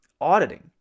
auditing